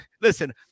listen